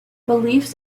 beliefs